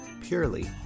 purely